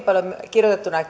paljon kirjoitettuna